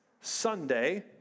Sunday